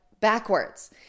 backwards